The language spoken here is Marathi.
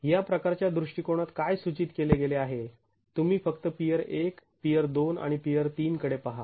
या प्रकारच्या दृष्टिकोनात काय सूचित केले गेले आहे तुम्ही फक्त पियर १ पियर २ आणि पियर ३ कडे पहा